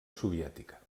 soviètica